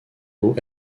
aux